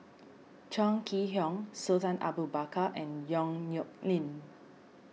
Chong Kee Hiong Sultan Abu Bakar and Yong Nyuk Lin